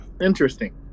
interesting